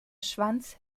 schwanz